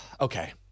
Okay